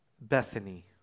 Bethany